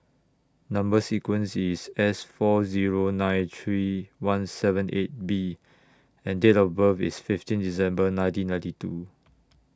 Number sequence IS S four Zero nine three one seven eight B and Date of birth IS fifteen December nineteen ninety two